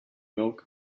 milk